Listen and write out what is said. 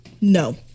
No